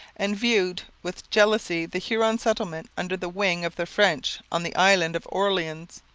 and viewed with jealousy the huron settlement under the wing of the french on the island of orleans.